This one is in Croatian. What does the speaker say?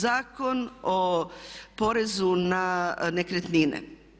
Zakon o porezu na nekretnine.